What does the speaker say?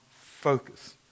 focus